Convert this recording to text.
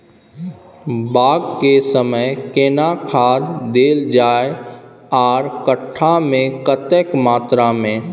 बाग के समय केना खाद देल जाय आर कट्ठा मे कतेक मात्रा मे?